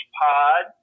pod